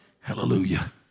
Hallelujah